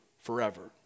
forever